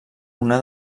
una